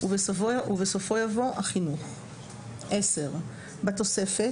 ובסופו יבוא "החינוך"; (10) בתוספת